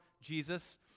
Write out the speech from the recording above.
Jesus